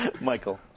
Michael